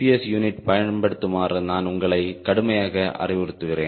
S யூனிட்டை பயன்படுத்துமாறு நான் உங்களை கடுமையாக அறிவுறுத்துகிறேன்